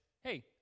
hey